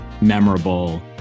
memorable